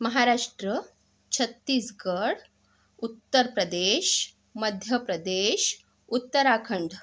Maharashtra Chhattisgarh Uttar Pradesh Madhya Pradesh Uttarakhand